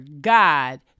God